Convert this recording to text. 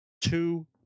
two